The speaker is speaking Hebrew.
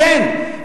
כן,